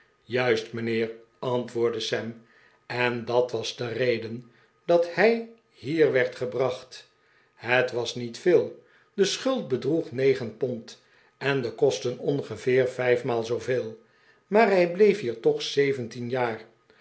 juist mijnheer antwoordde sam en dat was de reden fttt hij hier werd ge bracht het was niet veel de schuld bedroeg negen pond en de kosten ongeveer vijfmaal zooveel maar hij bleef hier toch zeventien jaar